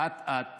אט-אט